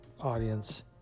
audience